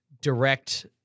direct –